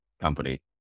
company